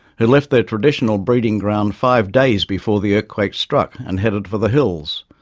who left their traditional breeding ground five days before the earthquake struck and headed for the hills,